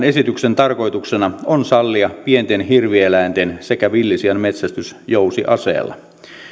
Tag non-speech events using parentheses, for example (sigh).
(unintelligible) esityksen tarkoituksena on sallia pienten hirvieläinten sekä villisian metsästys jousiaseella